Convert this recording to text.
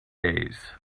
days